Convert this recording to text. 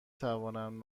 توانم